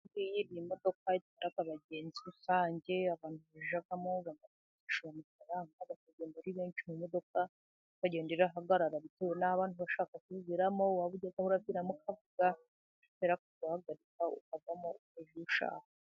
Iyi ni modoka yatwara abagenzi rusange. Abantu bajyamo banakashyura amafaranga. Bakagenda ari benshi mu modoka. Ikagenda irahagaragara bitewe n'aho abantu bashaka kubivamo. Waba ugeze aho uraviramo akavuga bahagarika ukavamo. Ukajya aho ushaka.